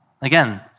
Again